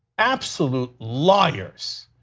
absolute liars.